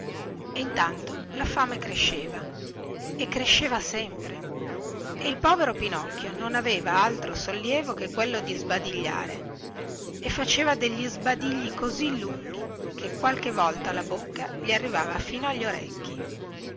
e intanto la fame cresceva e cresceva sempre e il povero pinocchio non aveva altro sollievo che quello di sbadigliare e faceva degli sbadigli così lunghi che qualche volta la bocca gli arrivava fino agli orecchi